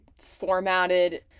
formatted